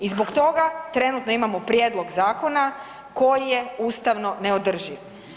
I zbog toga trenutno imamo prijedlog zakona koji je ustavno neodrživ.